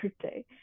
birthday